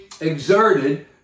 exerted